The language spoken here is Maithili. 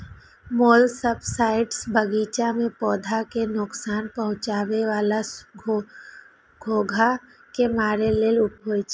मोलस्कसाइड्स बगीचा मे पौधा कें नोकसान पहुंचाबै बला घोंघा कें मारै लेल उपयोग होइ छै